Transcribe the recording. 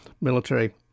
military